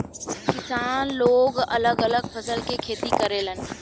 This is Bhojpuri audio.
किसान लोग अलग अलग फसल के खेती करेलन